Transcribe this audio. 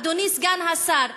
אדוני סגן השר,